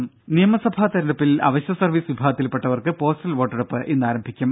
രുഭ നിയമസഭാ തെരഞ്ഞെടുപ്പിൽ അവശ്യ സർവീസ് വിഭാഗത്തിൽപ്പെട്ടവർക്ക് പോസ്റ്റൽ വോട്ടെടുപ്പ് ഇന്നാരംഭിക്കും